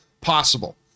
possible